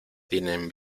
tienen